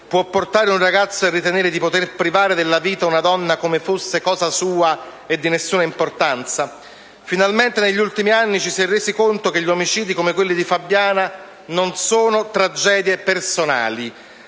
può portare un ragazzo a ritenere di poter privare della vita una donna come fosse cosa sua e di nessuna importanza? Finalmente negli ultimi anni ci si è resi conto che gli omicidi come quelli di Fabiana non sono solo tragedie personali,